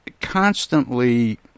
constantly